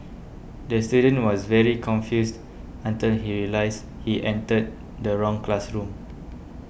the student was very confused until he realised he entered the wrong classroom